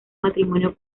matrimonio